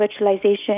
virtualization